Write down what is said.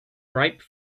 ripe